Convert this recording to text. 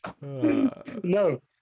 no